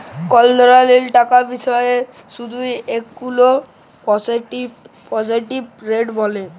call ধার লিয়া টাকার বাৎসরিক সুদকে এলুয়াল পার্সেলটেজ রেট ব্যলে